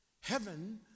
Heaven